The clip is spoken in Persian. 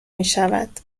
میشود